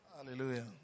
Hallelujah